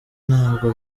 ntabwo